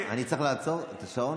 אני צריך לעצור את השעון,